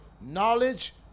knowledge